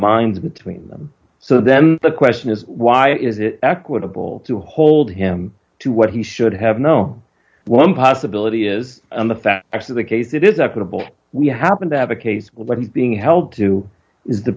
minds between them so then the question is why is it equitable to hold him to what he should have no one possibility is on the facts of the case it is a credible we happen to have a case like he's being held to is the